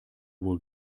wohl